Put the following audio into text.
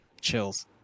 Chills